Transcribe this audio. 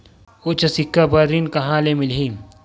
उच्च सिक्छा बर ऋण कहां ले मिलही?